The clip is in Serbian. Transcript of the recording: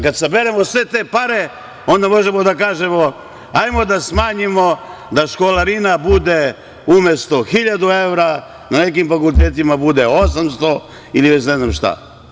Kada saberemo sve te pare onda možemo da kažemo, hajmo da smanjimo da školarina bude umesto 1.000 evra, na nekim fakultetima bude 800 ili ne znam šta.